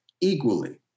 equally